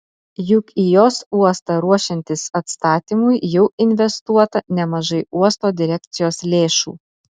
juk į jos uostą ruošiantis atstatymui jau investuota nemažai uosto direkcijos lėšų